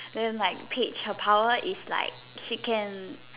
then like Paige her power is like she can